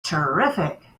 terrific